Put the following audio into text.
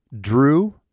drew